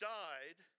died